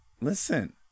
listen